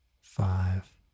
five